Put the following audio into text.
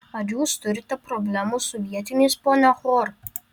ar jūs turite problemų su vietiniais ponia hor